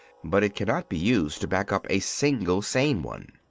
but it cannot be used to back up a single sane one.